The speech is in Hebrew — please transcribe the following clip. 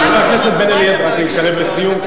חבר הכנסת בן-אליעזר, אתה מתקרב לסיום.